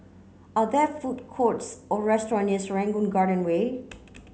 are there food courts or restaurant near Serangoon Garden Way